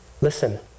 Listen